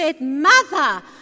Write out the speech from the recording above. Mother